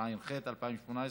התשע"ח 2018,